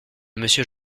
monsieur